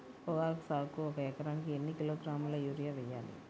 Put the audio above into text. పొగాకు సాగుకు ఒక ఎకరానికి ఎన్ని కిలోగ్రాముల యూరియా వేయాలి?